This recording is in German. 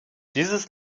dieses